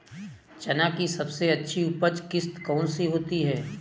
चना की सबसे अच्छी उपज किश्त कौन सी होती है?